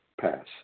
Pass